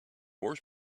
more